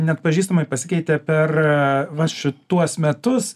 neatpažįstamai pasikeitė per va šituos metus